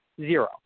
zero